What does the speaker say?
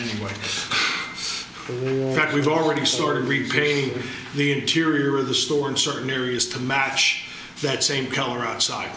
the way we've already stored repairing the interior of the store in certain areas to match that same color outside